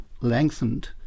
lengthened